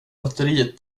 batteriet